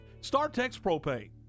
StarTexPropane